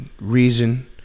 reason